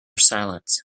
silence